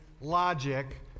logic